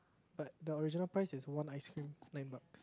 but the original price is one ice cream nine buck